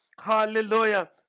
Hallelujah